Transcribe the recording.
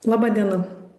laba diena